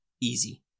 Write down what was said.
easy